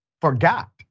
forgot